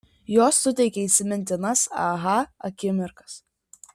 jos suteikia įsimintinas aha akimirkas